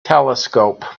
telescope